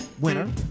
Winner